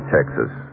Texas